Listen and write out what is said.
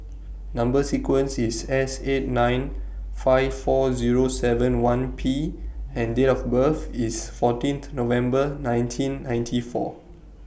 Number sequence IS S eight nine five four Zero seven one P and Date of birth IS fourteen November ninety four